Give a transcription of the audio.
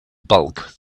bulk